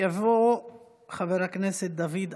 יבוא חבר הכנסת דוד אמסלם,